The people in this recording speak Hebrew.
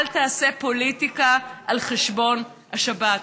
אל תעשה פוליטיקה על חשבון השבת.